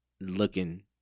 looking